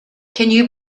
can